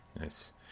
nice